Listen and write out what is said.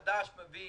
הקונה החדש מביא